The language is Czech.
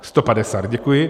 150, děkuji.